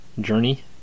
journey